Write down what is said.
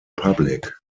public